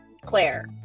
Claire